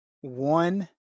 one